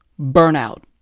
burnout